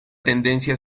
tendencia